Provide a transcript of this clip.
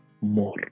more